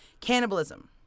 Cannibalism